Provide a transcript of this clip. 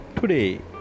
today